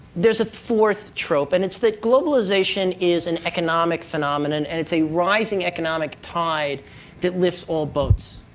there's a fourth trope. and it's that globalization is an economic phenomenon, and it's a rising economic tide that lifts all boats.